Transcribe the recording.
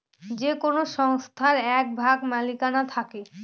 যে কোনো সংস্থার এক ভাগ মালিকানা থাকে